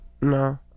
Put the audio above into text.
No